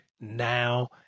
now